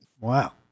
Wow